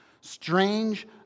strange